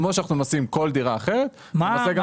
כמו שאנחנו עושים עם כל דירה אחרת כך נעשה גם את הדירה הזו.